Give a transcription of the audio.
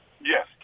Yes